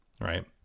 right